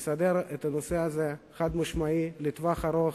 תוכנית שתסדר את הנושא הזה באופן חד-משמעי לטווח ארוך,